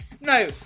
No